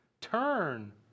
Turn